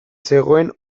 zegoen